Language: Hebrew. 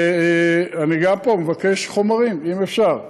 ואני גם פה מבקש חומרים, אם אפשר,